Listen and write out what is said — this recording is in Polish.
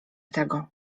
tego